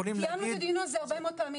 קיימנו את הדיון הזה הרבה מאוד פעמים.